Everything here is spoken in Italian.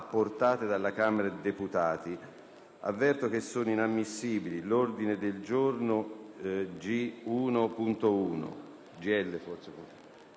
apportate dalla Camera dei deputati - comunico che sono inammissibili l'ordine del giorno G1.1